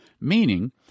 Meaning